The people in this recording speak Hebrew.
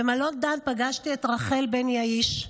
במלון דן פגשתי את רחל בן יעיש,